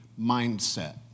mindset